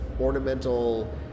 ornamental